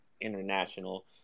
international